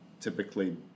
typically